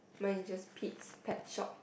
mine is just Pete's pet shop